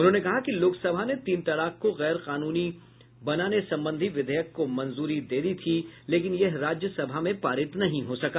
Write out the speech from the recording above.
उन्होंने कहा कि लोक सभा ने तीन तलाक को गैर कानूनी बनाने संबंधी विधेयक को मंजूरी दे दी थी लेकिन यह राज्य सभा में पारित नहीं हो सका